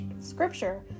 scripture